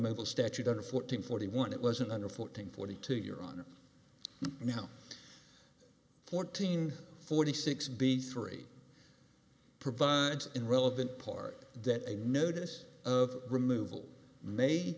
removal statute under fourteen forty one it wasn't under fourteen forty two your honor now fourteen forty six b three provides in relevant part that a notice of removal may